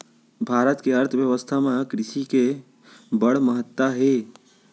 भारत के अर्थबेवस्था म कृसि के बड़ महत्ता हे